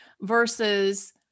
versus